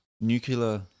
nuclear